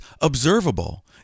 observable